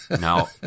Now